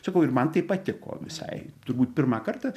sakau ir man tai patiko visai turbūt pirmą kartą